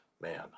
man